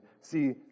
see